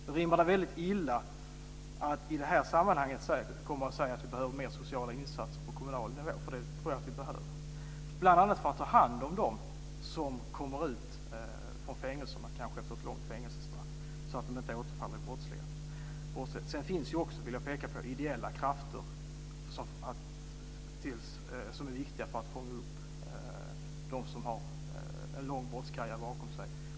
Då rimmar det väldigt illa att i det här sammanhanget komma och säga att det behövs mer sociala insatser på kommunal nivå. Det tror jag att vi behöver, bl.a. för att ta hand om dem som kommer ut från fängelserna efter kanske ett långt fängelsestraff, så att de inte återfaller i brottslighet. Sedan finns det ideella krafter som är viktiga för att fånga upp dem som har en lång brottskarriär bakom sig.